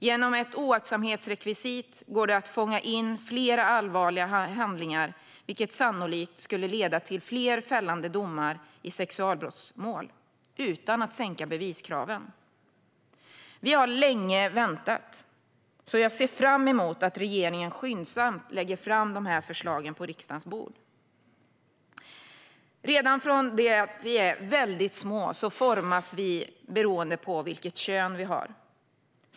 Genom ett oaktsamhetsrekvisit går det att fånga in fler allvarliga handlingar, vilket sannolikt skulle leda till fler fällande domar i sexualbrottsmål - utan att sänka beviskraven. Vi har väntat länge, så jag ser fram emot att regeringen skyndsamt lägger fram dessa förslag på riksdagens bord. Redan från det att vi är väldigt små formas vi beroende på vilket kön vi har.